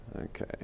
Okay